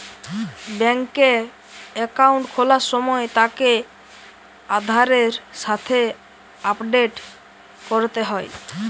বেংকে একাউন্ট খোলার সময় তাকে আধারের সাথে আপডেট করতে হয়